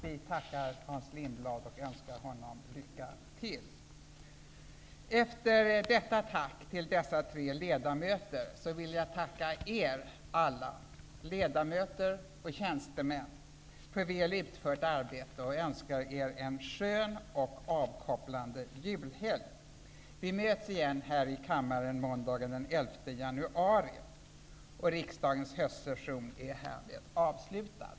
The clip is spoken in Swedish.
Vi tackar Hans Lindblad och önskar honom lycka till. Efter detta tack till dessa tre ledamöter vill jag tacka er alla, ledamöter och tjänstemän, för väl utfört arbetet och önska er en skön och avkopplande julhelg. Vi möts igen här i kammaren måndagen den 11 januari. Höstens arbete är härmed avslutat.